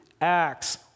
acts